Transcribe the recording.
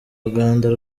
ruganda